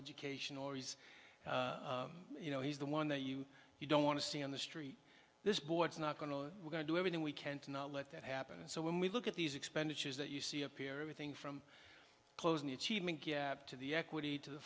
education or he's you know he's the one that you you don't want to see on the street this board's not going to we're going to do everything we can to not let that happen and so when we look at these expenditures that you see appear everything from closing the achievement gap to the equity to the